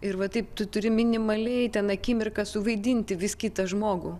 ir va taip tu turi minimaliai ten akimirką suvaidinti vis kitą žmogų